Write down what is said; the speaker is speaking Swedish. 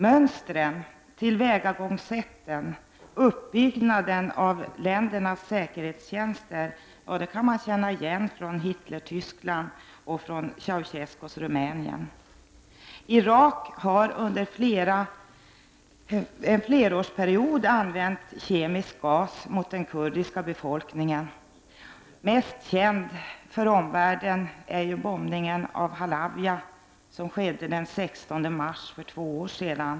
Mönstren, tillvägagångssätten och uppbyggnaden av säkerhetstjänsten kan man känna igen från Hitler-Tyskland och från Ceausescus Rumänien. Irak har under en flerårsperiod använt kemisk gas mot den kurdiska befolkningen. Mest känd för omvärlden är bombningen av Halabja, som skedde den 16 mars för två år sedan.